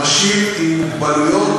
אנשים עם מוגבלות,